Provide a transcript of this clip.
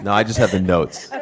and i just have the notes. and